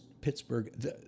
Pittsburgh